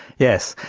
yes.